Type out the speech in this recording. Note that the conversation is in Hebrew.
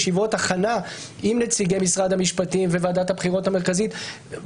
פחות יאמינו להכרזות שאני לא אשב עם זה